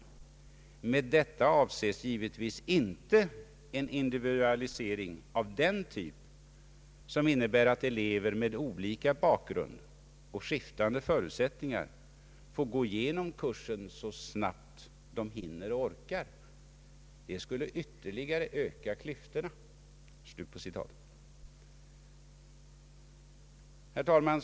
Med detta avses givetvis inte en individualisering av den typ som innebär, att elever med olika bakgrund och skiftande förutsättningar får gå igenom kursen så snabbt de hinner och orkar; det skulle ytterligare öka klyftorna.” Herr talman!